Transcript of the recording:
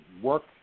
work